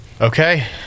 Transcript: Okay